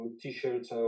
t-shirts